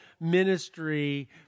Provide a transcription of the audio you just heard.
ministry